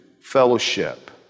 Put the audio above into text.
fellowship